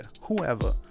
whoever